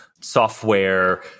software